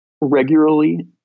regularly